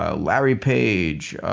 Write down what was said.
ah larry page,